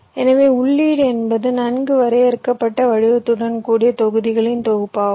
எனவே உள்ளீடு என்பது நன்கு வரையறுக்கப்பட்ட வடிவத்துடன் கூடிய தொகுதிகளின் தொகுப்பாகும்